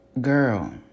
Girl